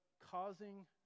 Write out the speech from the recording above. causing